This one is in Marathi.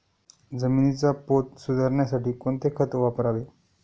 जमिनीचा पोत सुधारण्यासाठी कोणते खत वापरावे?